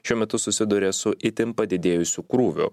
šiuo metu susiduria su itin padidėjusiu krūviu